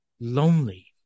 lonely